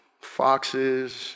foxes